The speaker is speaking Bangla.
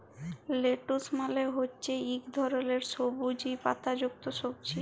লেটুস মালে হছে ইক ধরলের সবুইজ পাতা যুক্ত সবজি